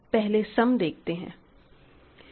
पहले सम देखते हैं